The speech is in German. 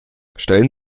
stellen